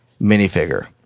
minifigure